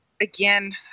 again